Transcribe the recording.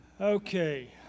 Okay